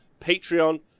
Patreon